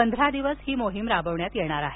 पंधरा दिवस ही मोहिम राबविण्यात येणार आहे